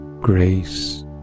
grace